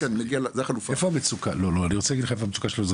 אני רוצה להגיד לך איפה המצוקה שלנו,